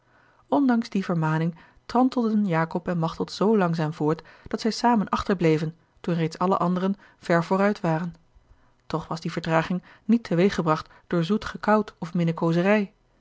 ondanks die vermaning trantelden jacob en machteld zoo langzaam voort dat zij samen achterbleven toen reeds alle anderen ver vooruit waren toch was die vertraging niet teweeggebracht door zoet gekout of